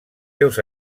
seus